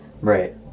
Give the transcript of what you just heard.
Right